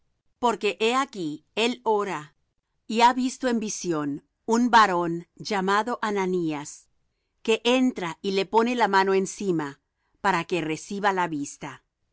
porque he aquí él ora y ha visto en visión un varón llamado ananías que entra y le pone la mano encima para que reciba la vista